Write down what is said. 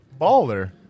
Baller